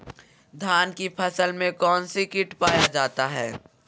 धान की फसल में कौन सी किट पाया जाता है?